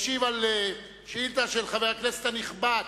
הוא ישיב על שאילתא של חבר הכנסת הנכבד,